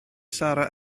sarra